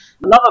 Love